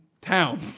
Town